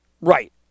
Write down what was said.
Right